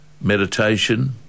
meditation